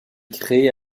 créé